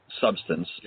Substance